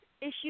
issue